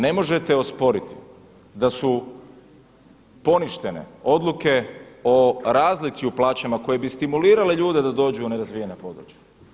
Ne možete osporiti da su poništene odluke o razlici u plaćama koje bi stimulirale ljude da dođu u nerazvijena područja.